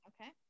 Okay